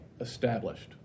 established